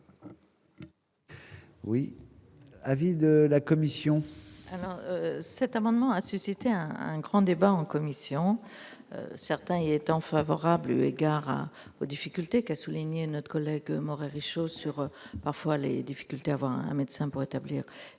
Oui, avis de la commission. Cet amendement a suscité un un grand débat en commission, certains étant favorables. Mais gare aux difficultés qu'a souligné, notre collègue Maurer et chaussures, parfois les difficultés à voir un médecin pour établir